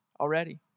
already